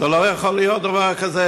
לא יכול להיות דבר כזה,